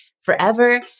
forever